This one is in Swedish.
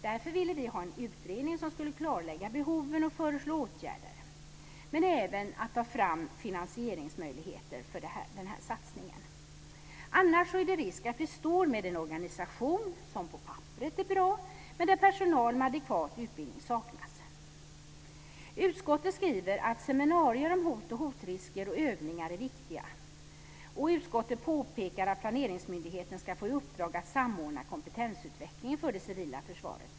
Därför vill vi ha en utredning som skulle klarlägga behoven och föreslå åtgärder men som även skulle ta fram finansieringsmöjligheter för denna satsning. Annars är det risk för att vi står med en organisation som på papperet är bra men där personal med adekvat utbildning saknas. Utskottet skriver att seminarier om hot och hotrisker och övningar är viktiga. Utskottet påpekar också att planeringsmyndigheten ska få i uppdrag att samordna kompetensutvecklingen för det civila försvaret.